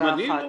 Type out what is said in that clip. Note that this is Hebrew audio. גם אני לא.